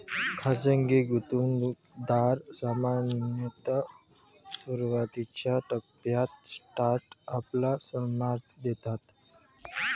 खाजगी गुंतवणूकदार सामान्यतः सुरुवातीच्या टप्प्यात स्टार्टअपला समर्थन देतात